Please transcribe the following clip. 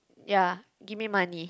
ya give me money